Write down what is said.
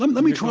let let me john